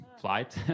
flight